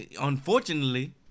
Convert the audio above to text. unfortunately